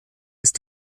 ist